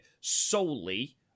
solely